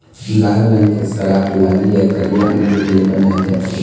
लाल रंग के शराब लाली य करिया अंगुर ले बनाए जाथे